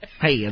Hey